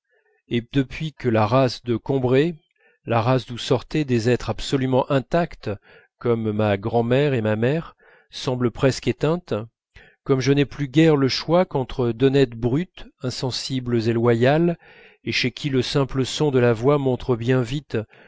et depuis que la race de combray la race d'où sortaient des êtres absolument intacts comme ma grand'mère et ma mère semble presque éteinte comme je n'ai plus guère le choix qu'entre d'honnêtes brutes insensibles et loyales et chez qui le simple son de la voix montre bien vite